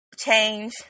change